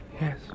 Yes